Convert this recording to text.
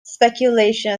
speculation